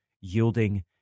yielding